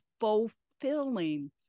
fulfilling